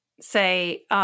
say